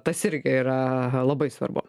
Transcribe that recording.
tas irgi yra labai svarbu